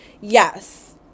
yes